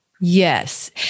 Yes